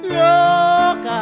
look